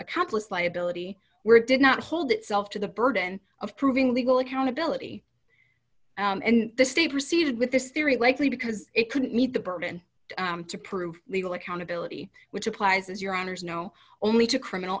cutlass liability where it did not hold itself to the burden of proving legal accountability and the state proceeded with this theory likely because it couldn't meet the burden to prove legal accountability which applies as your honour's know only to criminal